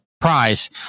prize